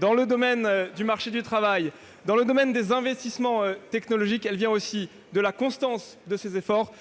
dans le domaine du marché du travail, dans le domaine des investissements technologiques, elle vient aussi de la constance de ces efforts.